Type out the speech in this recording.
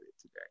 today